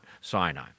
Sinai